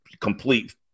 complete